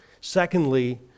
secondly